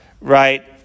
right